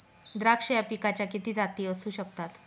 द्राक्ष या पिकाच्या किती जाती असू शकतात?